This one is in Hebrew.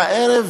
והערב,